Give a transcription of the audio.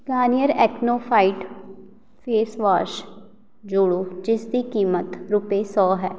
Garnier acno fight face wash ਜੋੜੋ ਜਿਸ ਦੀ ਕੀਮਤ ਰੁਪਏ ਸੌ ਹੈ